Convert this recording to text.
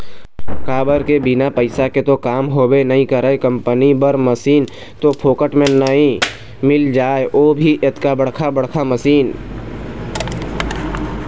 काबर के बिना पइसा के तो काम होबे नइ करय कंपनी बर मसीन तो फोकट म तो नइ मिल जाय ओ भी अतका बड़का बड़का मशीन